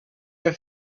your